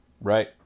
Right